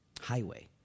Highway